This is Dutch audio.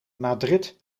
madrid